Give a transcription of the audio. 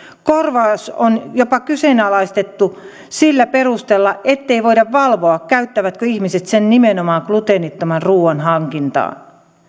korvaus on jopa kyseenalaistettu sillä perusteella ettei voida valvoa käyttävätkö ihmiset sen nimenomaan gluteenittoman ruuan hankintaan